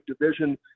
division